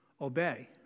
obey